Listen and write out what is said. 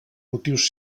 motius